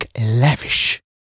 lavish